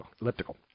elliptical